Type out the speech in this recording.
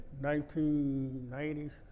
1990s